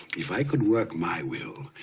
if i could work my will,